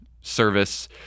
service